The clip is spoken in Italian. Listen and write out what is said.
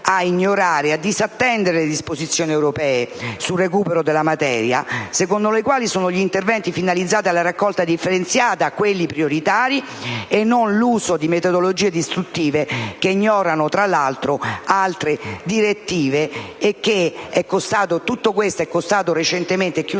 a ignorare e disattendere le disposizioni europee sul recupero della materia secondo le quali sono gli interventi finalizzati alla raccolta differenziata quelli prioritari, e non l'uso di metodologie distruttive che ignorano, tra l'altro, altre direttive. Tutto questo peraltro è costato all'Italia la condanna